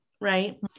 Right